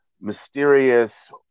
mysterious